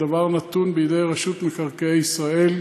הדבר נתון בידי רשות מקרקעי ישראל,